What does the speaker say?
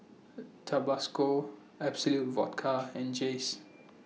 Tabasco Absolut Vodka and Jays